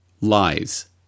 lies